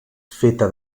feta